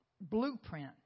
blueprint